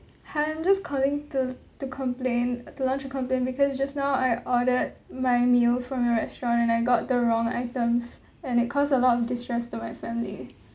hi I'm just calling to to complain to launch a complaint because just now I ordered my meal from your restaurant and I got the wrong items and it costs a lot of distress to my family